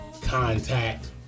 Contact